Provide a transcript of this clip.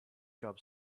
job